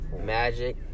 Magic